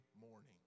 morning